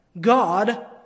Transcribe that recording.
God